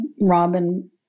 Robin